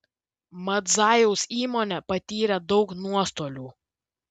madzajaus įmonė patyrė daug nuostolių